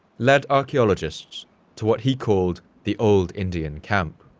led archaeologists to what he called the old indian camp.